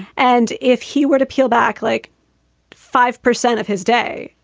and if he were to peel back like five percent of his day,